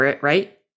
Right